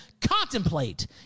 contemplate